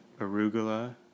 arugula